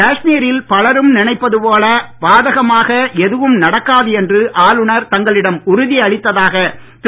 காஷ்மீரில் பலரும் நினைப்பது போல் பாதகமாக எதுவும் நடக்காது என்று ஆளுனர் தங்களிடம் உறுதி அளித்ததாக திரு